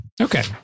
Okay